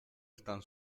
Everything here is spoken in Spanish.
están